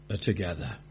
together